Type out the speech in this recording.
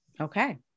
Okay